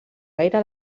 gaire